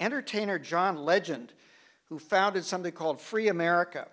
entertainer john legend who founded something called free america